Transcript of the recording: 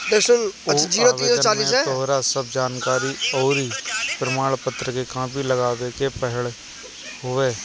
उ आवेदन में तोहार सब जानकरी अउरी प्रमाण पत्र के कॉपी लगावे के पड़त हवे